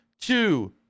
two